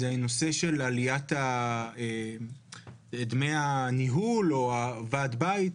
זה הנושא של עליית דמי הניהול או ועד הבית,